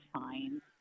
fine